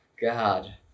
God